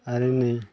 आरो नै